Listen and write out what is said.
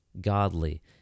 godly